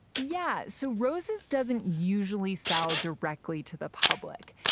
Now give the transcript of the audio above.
yeah so roses doesn't usually sell directly to the public